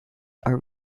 are